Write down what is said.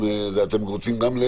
אתם רוצים גם?